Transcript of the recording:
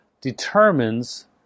determines